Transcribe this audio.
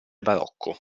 barocco